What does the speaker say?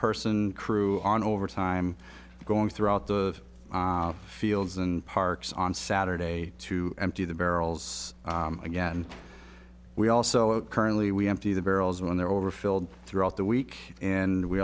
person crew on overtime going throughout the fields and parks on saturday to empty the barrels again we also currently we empty the barrels when they're over filled throughout the week and we